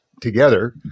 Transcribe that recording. together